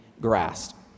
grasped